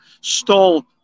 stole